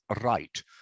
right